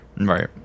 Right